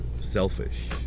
selfish